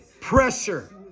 Pressure